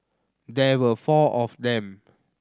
there were four of them